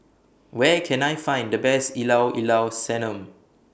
Where Can I Find The Best Ilao Ilao Sanum